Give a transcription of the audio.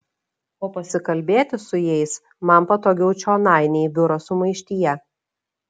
o pasikalbėti su jais man patogiau čionai nei biuro sumaištyje